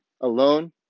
alone